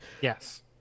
yes